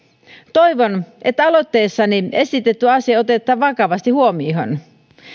toivon että aloitteessani esitetty asia otetaan vakavasti huomioon